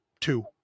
two